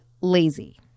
lazy